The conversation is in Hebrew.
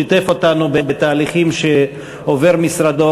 שיתף אותנו בתהליכים שעובר משרדו,